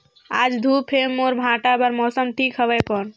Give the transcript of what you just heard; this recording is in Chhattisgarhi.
आज धूप हे मोर भांटा बार मौसम ठीक हवय कौन?